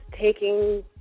Taking